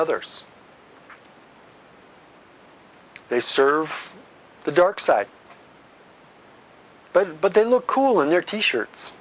others they serve the darkside but but they look cool in their t shirts